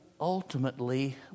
ultimately